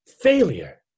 failure